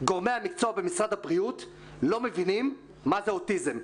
גורמי המקצוע במשרד הבריאות לא מבינים מה זה אוטיזם.